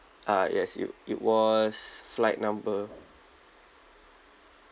uh yes it it was flight number